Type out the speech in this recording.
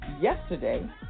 yesterday